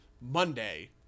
Monday